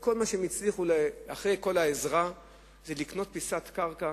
וכל מה שהצליחו אחרי כל העזרה זה לקנות פיסת קרקע